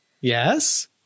Yes